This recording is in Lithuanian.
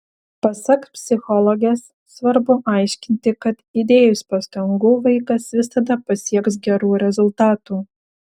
pasak psichologės svarbu aiškinti kad įdėjus pastangų vaikas visada pasieks gerų rezultatų